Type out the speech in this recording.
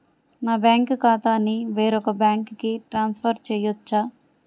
నా బ్యాంక్ ఖాతాని వేరొక బ్యాంక్కి ట్రాన్స్ఫర్ చేయొచ్చా?